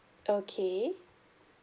okay